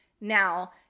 Now